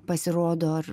pasirodo ar